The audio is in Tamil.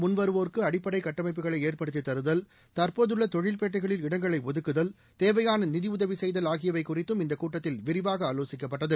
முன்வருவோா்க்குஅடிப்படைகட்டமைப்புகளைஏற்படுத்திதருதல் தொழில் தொடங்க தற்போதுள்ளதொழிற்பேட்டைகளில் இடங்களைஒதுக்குதல் தேவையானநிதியுதவிசெய்தல் ஆகியவைகுறித்தும் இந்தகூட்டத்தில் விரிவாகஆலோசிக்கப்பட்டது